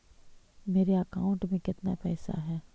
मेरे अकाउंट में केतना पैसा है?